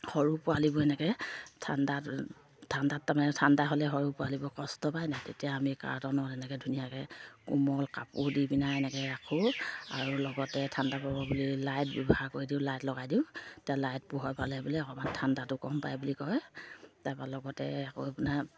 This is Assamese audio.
সৰু পোৱালিবোৰ এনেকৈ ঠাণ্ডাত ঠাণ্ডাত তাৰমানে ঠাণ্ডা হ'লে সৰু পোৱালিবোৰ কষ্ট পায় নাই তেতিয়া আমি কাৰ্টনৰ এনেকৈ ধুনীয়াকৈ কোমল কাপোৰ দি পিনে এনেকৈ ৰাখোঁ আৰু লগতে ঠাণ্ডা পাব বুলি লাইট ব্যৱহাৰ কৰি দিওঁ লাইট লগাই দিওঁ তেতিয়া লাইট পোহৰ পালে বোলে অকণমান ঠাণ্ডাটো কম পায় বুলি কয় তাৰপা লগতে আকৌ আপোনাৰ